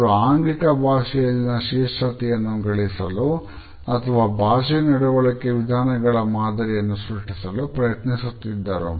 ಅವರು ಆಂಗಿಕ ಭಾಷೆಯಲ್ಲಿನ ಶ್ರೇಷ್ಠತೆಯನ್ನು ಗಳಿಸಲು ಭಾಷೆಯ ನಡವಳಿಕೆ ವಿಧಾನಗಳ ಮಾದರಿಯನ್ನು ಸೃಷ್ಟಿಸಲು ಪ್ರಯತ್ನಿಸುತ್ತಿದ್ದರು